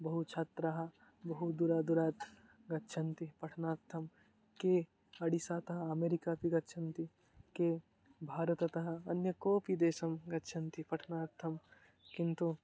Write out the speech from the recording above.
बहु छात्राः बहु दूरादूरात् गच्छन्ति पठनार्थं के अडिसातः अमेरिका अपि गच्छन्ति के भारततः अन्य कोऽपि देशं गच्छन्ति पठनार्थं किन्तु